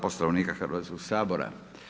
Poslovnika Hrvatskog sabora.